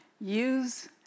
use